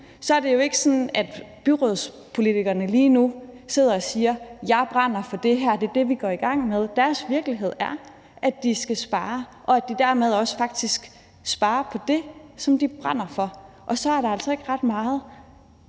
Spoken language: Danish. kommuner ikke er sådan, at byrådspolitikerne lige nu sidder og siger: Jeg brænder for det her, og det er det, vi går i gang med. Deres virkelighed er, at de skal spare, og at de dermed faktisk også skal spare på det, de brænder for. Og så er der altså ikke ret meget